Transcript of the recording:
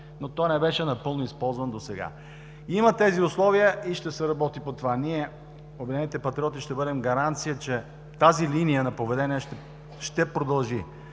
но той не беше напълно използван досега. Има тези условия и ще се работи по това. Ние, „Обединените патриоти“, ще бъдем гаранция, че тази линия на поведение ще продължи